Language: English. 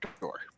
door